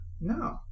No